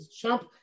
Trump